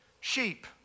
sheep